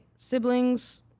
siblings